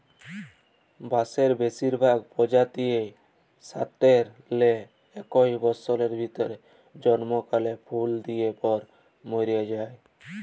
বাঁসের বেসিরভাগ পজাতিয়েই সাট্যের লে একস বসরের ভিতরে জমকাল্যা ফুল দিয়ার পর মর্যে যায়